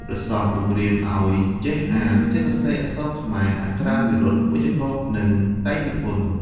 ព្រះសង្ឃបង្រៀនឲ្យចេះអាន ចេះសរសេរអក្សរខ្មែរ អក្ខរាវិរុទ្ធ វេយ្យាករណ៍ និងតែងនិពន្ធ។